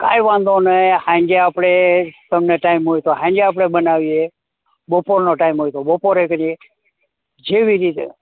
કાંઈ વાંધો નહીં સાંજે આપણે તમને ટાઈમ હોય તો સાંજે આપણે બનાવીએ બપોરનો ટાઈમ હોય તો બપોરે કરીએ જેવી રીતે